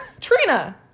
Trina